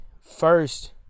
first